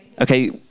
Okay